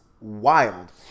wild